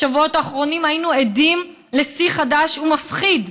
בשבועות האחרונים היינו עדים לשיא חדש ומפחיד,